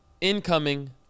Incoming